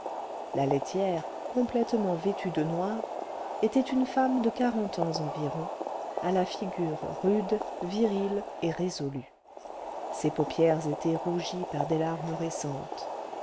la laitière complètement vêtue de noir était une femme de quarante ans environ à la figure rude virile et résolue ses paupières étaient rougies par des larmes récentes